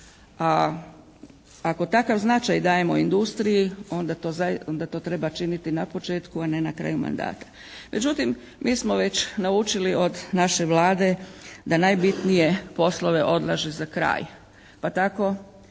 a ako takav značaj i dajemo industriji onda to treba činiti na početku, a ne na kraju mandata. Međutim, mi smo već naučili od naše Vlade da najbitnije poslove odlaže za kraj, pa tako